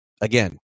Again